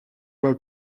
voie